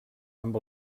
amb